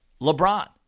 LeBron